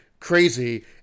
crazy